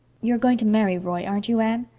you're going to marry roy, aren't you, anne?